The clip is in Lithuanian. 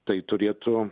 tai turėtų